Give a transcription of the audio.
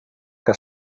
que